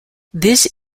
this